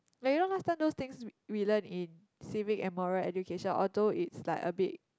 like you know last time those things we learned in civic and moral education although it's like a bit